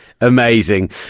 Amazing